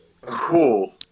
Cool